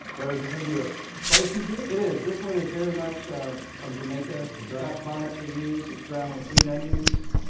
is it going to be a spicy jerk? it is. this one is very much from jamaica. scotch bonnets are used. it's ground with green onions,